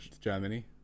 Germany